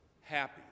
happy